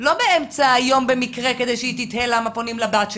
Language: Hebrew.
לא באמצע היום במקרה כדי שהיא תתהה למה פונים לבת שלה.